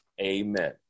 amen